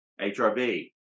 HRB